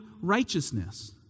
righteousness